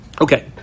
Okay